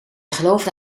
geloofde